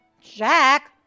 Jack